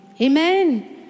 Amen